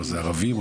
ערבים,